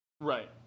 Right